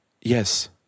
Yes